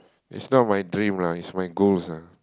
it's not my dream lah it's my goals ah